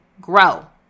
grow